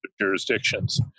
jurisdictions